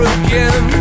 again